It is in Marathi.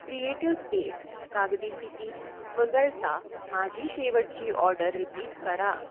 क्रिएटिव्ह स्पेस कागदी फिती वगळता माझी शेवटची ऑडर रिपीट करा